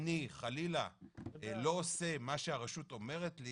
לא, לא הדרישה.